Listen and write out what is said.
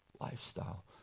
lifestyle